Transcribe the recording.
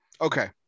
Okay